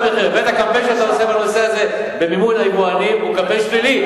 הקמפיין שאתה עושה בנושא הזה במימון היבואנים הוא קמפיין שלילי.